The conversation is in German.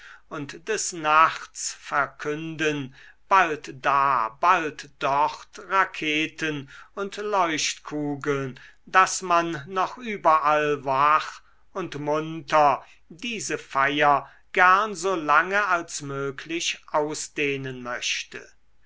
und des nachts verkünden bald da bald dort raketen und leuchtkugeln daß man noch überall wach und munter diese feier gern so lange als möglich ausdehnen möchte